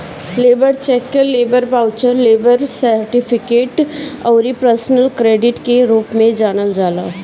labour cheque के labour voucher, labour certificate अउरी personal credit के रूप में जानल जाला